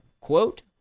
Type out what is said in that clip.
Quote